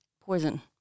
poison